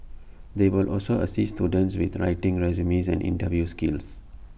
they will also assist students with writing resumes and interview skills